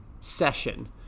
session